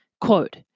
Quote